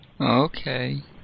Okay